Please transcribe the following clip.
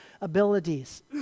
abilities